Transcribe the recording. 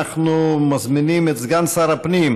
אנחנו מזמינים את סגן שר הפנים